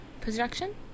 production